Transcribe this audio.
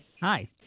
Hi